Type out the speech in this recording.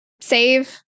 save